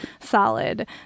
solid